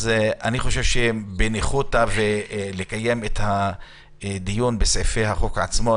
אני חושב שבניחותא נקיים את הדיון בסעיפי החוק עצמו.